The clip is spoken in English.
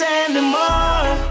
anymore